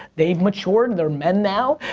they've matured, they're men now,